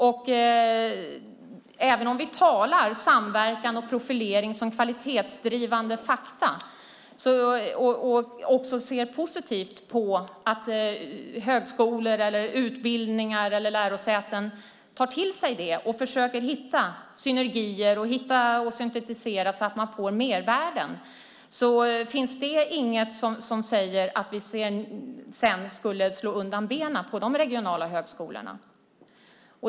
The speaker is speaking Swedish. Vi talar även om samverkan och profilering som en kvalitetsdrivande faktor och ser också positivt på att högskolor, utbildningar eller lärosäten tar till sig det. Vi försöker hitta synergier och att syntetisera så att man får mervärden. Det finns inget som säger att vi sedan skulle slå undan benen på de regionala högskolorna.